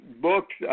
books